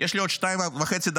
יש לי עוד 2.5 דקות.